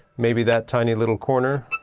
maybe that tiny little corner.